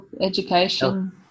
education